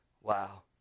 Wow